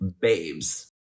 babes